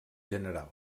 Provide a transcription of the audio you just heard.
general